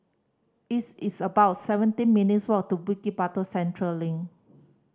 it's it's about seventeen minutes' walk to Bukit Batok Central Link